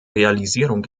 realisierung